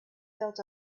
felt